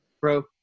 bro